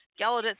Gallaudet